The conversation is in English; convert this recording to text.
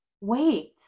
Wait